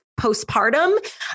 postpartum